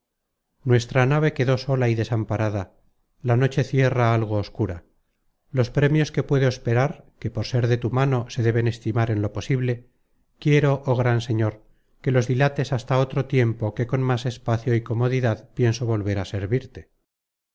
nuestra nave quedó sola y desamparada la noche cierra algo oscura los premios que puedo esperar que por ser de content from google book search generated at tu mano se deben estimar en lo posible quiero oh gran señor que los dilates hasta otro tiempo que con más espacio y comodidad pienso volver á servirte